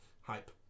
Hype